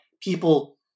people